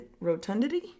rotundity